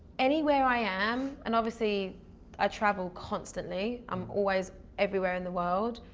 anywhere i am, and obviously i travel constantly. i'm always everywhere in the world.